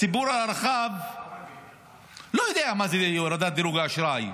הציבור הרחב לא יודע מה זה הורדת דירוג האשראי.